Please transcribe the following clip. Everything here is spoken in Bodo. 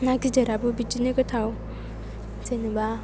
ना गिदिराबो बिदिनो गोथाव जेनेबा